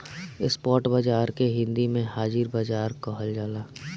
spot बाजार के हिंदी में हाजिर बाजार कहल जाला